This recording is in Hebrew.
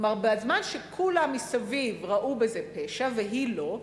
כלומר, בזמן שכולם מסביב ראו בזה פשע, והיא לא,